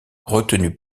retenu